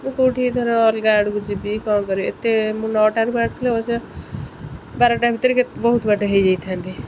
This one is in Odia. ମୁଁ କେଉଁଠି ଧର ଅଲଗା ଆଡ଼କୁ ଯିବି କ'ଣ କରିବି ଏତେ ମୁଁ ନଅଟାରୁ ଆଡ଼ୁଥିଲି ଅବଶ୍ୟ ବାରଟା ଭିତରେ କେତେ ବହୁତ ବାଟ ହେଇଯାଇଥାନ୍ତି